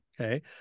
Okay